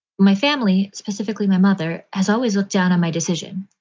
my family specifically, my mother has always looked down on my decision,